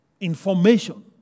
Information